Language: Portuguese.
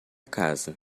casa